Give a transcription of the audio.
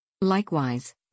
Likewise